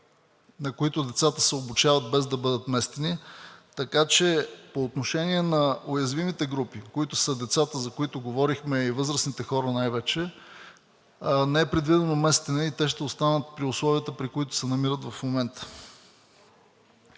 на които децата се обучават, без да бъдат местени. Така че по отношение на уязвимите групи, които са децата, за които говорихме, и възрастните хора най-вече, не е предвидено местене и те ще останат при условията, при които се намират в момента.